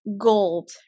gold